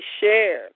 shared